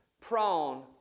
prone